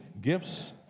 gifts